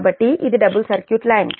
కాబట్టి ఇది double circuit line